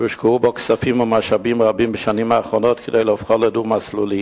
שהושקעו בו כספים ומשאבים רבים בשנים האחרונות כדי להופכו לדו-מסלולי,